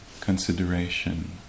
consideration